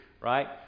right